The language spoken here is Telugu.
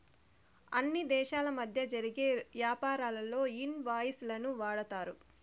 అన్ని దేశాల మధ్య జరిగే యాపారాల్లో ఇన్ వాయిస్ లను వాడతారు